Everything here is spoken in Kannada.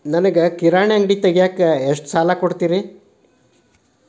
ನನಗ ಕಿರಾಣಿ ಅಂಗಡಿ ತಗಿಯಾಕ್ ಎಷ್ಟ ಸಾಲ ಕೊಡ್ತೇರಿ?